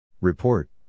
Report